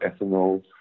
ethanol